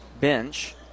bench